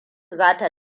zai